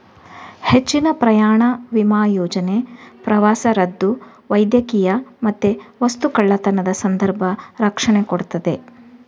ಹೆಚ್ಚಿನ ಪ್ರಯಾಣ ವಿಮಾ ಯೋಜನೆ ಪ್ರವಾಸ ರದ್ದು, ವೈದ್ಯಕೀಯ ಮತ್ತೆ ವಸ್ತು ಕಳ್ಳತನದ ಸಂದರ್ಭ ರಕ್ಷಣೆ ಕೊಡ್ತದೆ